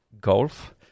golf